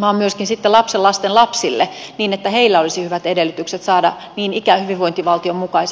vaan myöskin sitten lapsenlasten lapsille niin että heillä olisi hyvät edellytykset saada niin ikään hyvinvointivaltion mukaiset palvelut